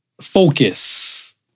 focus